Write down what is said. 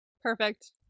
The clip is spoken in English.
Perfect